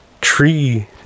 tree